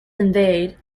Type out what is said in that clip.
invade